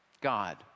God